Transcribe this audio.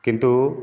କିନ୍ତୁ